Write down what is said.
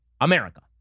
America